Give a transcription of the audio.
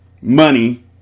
Money